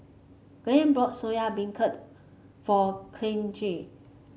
Glen brought Soya Beancurd for Kyleigh